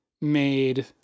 made